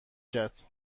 کرد